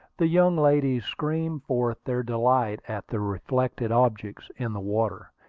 the young ladies screamed forth their delight at the reflected objects in the water,